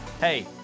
Hey